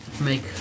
make